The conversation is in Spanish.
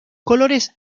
colores